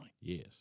Yes